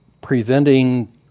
preventing